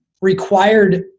required